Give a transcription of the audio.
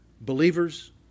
Believers